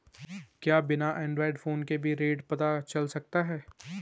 क्या बिना Android phone के भी रेट पता चल सकता है?